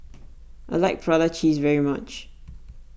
I like Prata Cheese very much